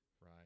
right